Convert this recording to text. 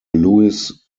lewis